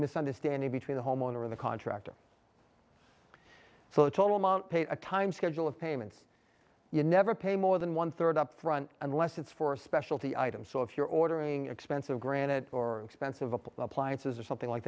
misunderstanding between the homeowner or the contractor so the total amount paid a time schedule of payments you never pay more than one third up front unless it's for a specialty item so if you're ordering expensive granite or expensive appliances or something like